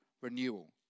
renewal